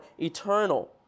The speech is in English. eternal